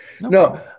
No